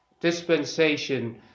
dispensation